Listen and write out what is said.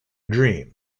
dream